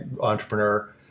entrepreneur